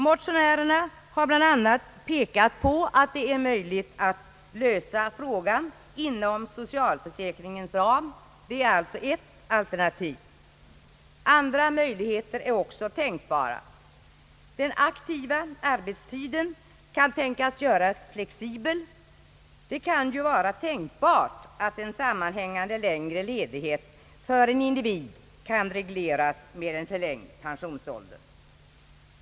Motionärerna har bland annat pekat på att det är möjligt att lösa frågan inom socialförsäkringens ram. Det är alltså ett alternativ. Andra möjligheter är också tänkbara. Den aktiva arbetstiden kan tänkas göras flexibel. Det kan ju vara tänkbart att en sammanhängande längre ledighet för en individ kan regleras med en förlängd pensionsålder.